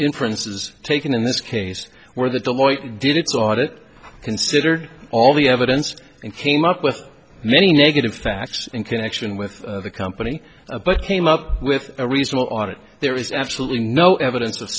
inference is taken in this case where the deloitte did its audit considered all the evidence and came up with many negative facts in connection with the company but came up with a reasonable on it there is absolutely no evidence of